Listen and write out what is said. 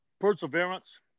perseverance